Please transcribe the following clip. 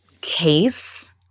case